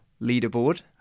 leaderboard